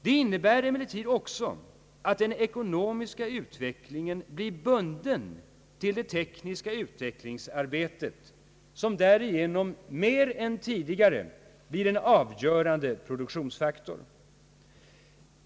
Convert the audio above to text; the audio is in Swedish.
Detta innebär emellertid också att den ekonomiska utvecklingen blir bunden till det tekniska utvecklingsarbetet, som därigenom mer än tidigare blir en avgörande produktionsfaktor.